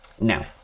now